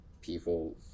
people